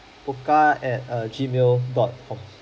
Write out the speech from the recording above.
pokka at err G mail dot com